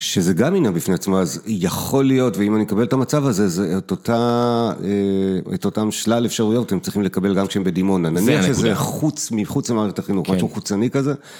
שזה גם עניין בפני עצמו, אז יכול להיות, ואם אני אקבל את המצב הזה, את אותה, את אותם שלל אפשרויות הם צריכים לקבל גם כשהם בדימונה. נניח שזה חוץ, מחוץ למערכת החינוך, משהו חוצני כזה.